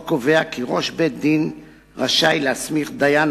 החוק קובע כי ראש בית-דין רשאי להסמיך דיין